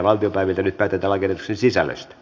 nyt päätetään lakiehdotuksen sisällöstä